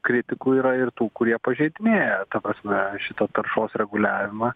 kritikų yra ir tų kurie pažeidinėja ta prasme šitą taršos reguliavimą